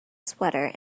sweater